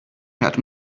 had